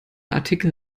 artikel